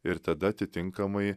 ir tada atitinkamai